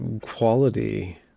quality